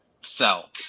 sell